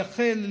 לייחל,